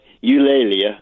Eulalia